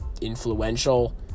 influential